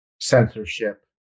censorship